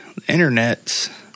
internets